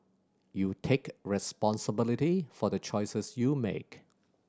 you take responsibility for the choices you make